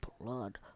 blood